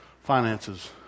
finances